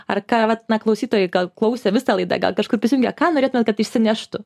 ar ką vat na klausytojai gal klausė visą laidą gal kažkur prisijungę ką norėtumėt kad išsineštų